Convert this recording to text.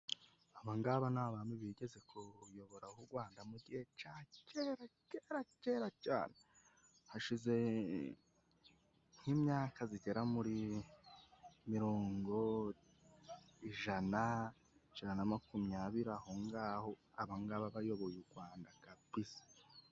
Abangaba ni abami bigeze kuyoboraho u Rwanda mu gihe cya cyera cyera cyane. Hashize nk'imyaka igera muri mirongo, ijana, ijana na makumyabiri ahongaho abangabo bayoboye u Rwanda.